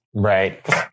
Right